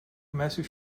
matthew